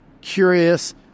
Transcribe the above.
curious